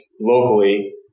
locally